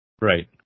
Right